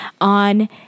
on